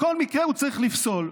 בכל מקרה הוא צריך לפסול.